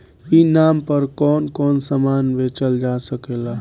ई नाम पर कौन कौन समान बेचल जा सकेला?